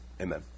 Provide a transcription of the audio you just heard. Amen